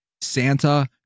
Santa